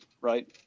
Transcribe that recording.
Right